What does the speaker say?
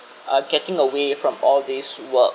uh getting away from all this work